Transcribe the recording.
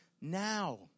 now